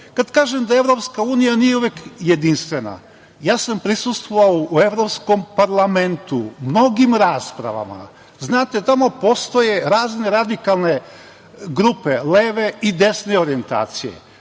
kažem da EU nije uvek jedinstvena, ja sam prisustvovao u Evropskom parlamentu mnogim raspravama. Znate, tamo postoje razne radikalne grupe, leve i desne orijentacije.